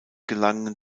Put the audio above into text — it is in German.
gelangen